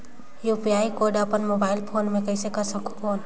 UPI code अपन mobile phone मे कर सकहुं कौन?